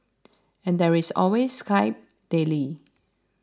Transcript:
and there is always Skype daily